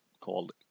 called